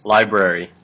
Library